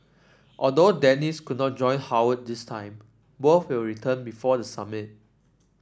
although Dennis could not join Howard this time both will return before the summit